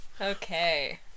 Okay